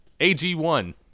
AG1